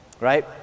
right